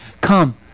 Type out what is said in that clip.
come